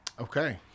okay